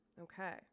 Okay